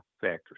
factors